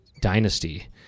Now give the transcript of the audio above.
dynasty